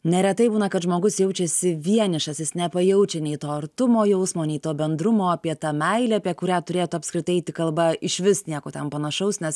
neretai būna kad žmogus jaučiasi vienišas jis nepajaučia nei to artumo jausmo nei to bendrumo apie tą meilę apie kurią turėtų apskritai eiti kalba išvis nieko ten panašaus nes